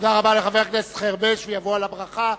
תודה רבה לחבר הכנסת חרמש, ויבוא על הברכה.